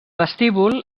vestíbul